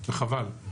וחבל.